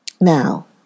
Now